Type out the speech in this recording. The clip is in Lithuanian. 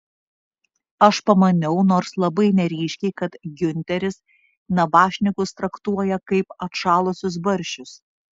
aš pamaniau nors labai neryškiai kad giunteris nabašnikus traktuoja kaip atšalusius barščius